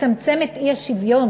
לצמצם את האי-שוויון